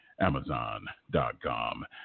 Amazon.com